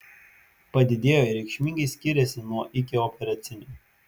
padidėjo ir reikšmingai skyrėsi nuo ikioperacinio